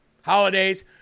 holidays